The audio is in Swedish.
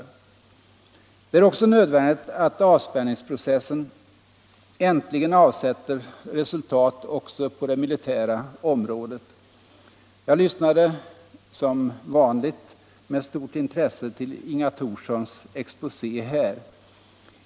Det är också nödvändigt att avspänningsprocessen äntligen avsätter resultat också på det militära området. Jag lyssnade som vanligt med stort intresse på Inga Thorssons exposé på detta område.